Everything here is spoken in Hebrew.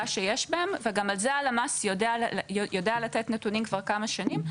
שיש בהן וגם על זה הלמ"ס יודע לתת נתונים כבר כמה שנים,